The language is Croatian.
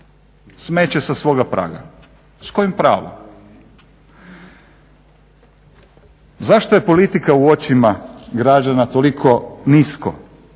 smeće sa svoga praga. S kojim pravom? Zašto je politika u očima građana toliko nisko?